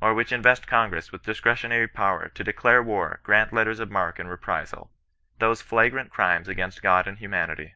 or which invest congress with discretionary power to declare war, grant letters of marque and reprisal a those flh grant crimes against god and humanity.